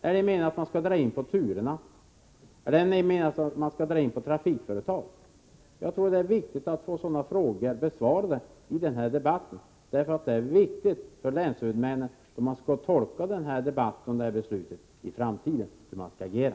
Är det meningen att man skall dra in på turerna, eller menar han att man skall dra in på trafikföretagen? Jag tror att det är viktigt att få sådana frågor besvarade i den här debatten. Det är viktigt för länshuvudmännen att veta hur de skall tolka debatten och beslutet i framtiden, så att de vet hur de skall agera.